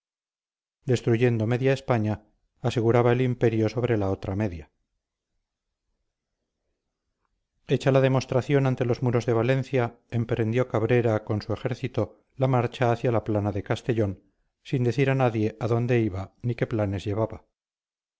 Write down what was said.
destruyendo media españa aseguraba el imperio sobre la otra media hecha la demostración ante los muros de valencia emprendió cabrera con su ejército la marcha hacia la plana de castellón sin decir a nadie a dónde iba ni qué planes llevaba